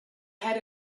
had